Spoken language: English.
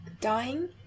dying